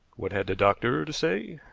what had the doctor to say?